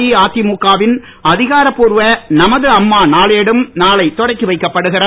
அஇஅதிமுக வின் அதிகாரபூர்வ நமது அம்மா நானேடும் நாளை தொடக்கிவைக்கப் படுகிறது